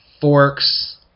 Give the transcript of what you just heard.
forks